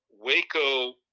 waco